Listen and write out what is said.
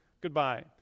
goodbye